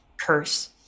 curse